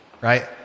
right